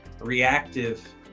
reactive